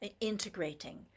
Integrating